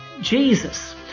Jesus